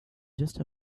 just